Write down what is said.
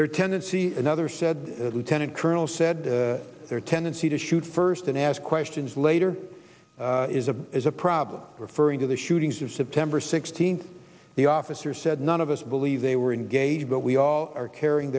their tendency another said lieutenant colonel said their tendency to shoot first and ask questions later is a is a problem referring to the shootings of september sixteenth the officer said none of us believe they were engaged but we all are carrying